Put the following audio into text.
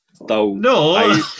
No